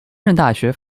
大学